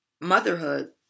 motherhood